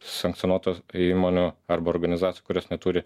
sankcionuotų įmonių arba organizacijų kurios neturi